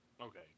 okay